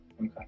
Okay